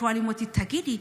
שואלים אותי: תגידי,